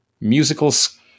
musicals